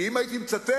כי אם הייתי מצטט